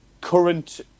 current